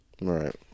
Right